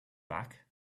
back